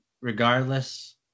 regardless